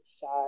shot